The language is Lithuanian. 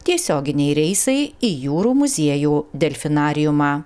tiesioginiai reisai į jūrų muziejų delfinariumą